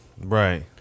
Right